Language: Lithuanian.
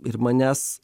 ir manęs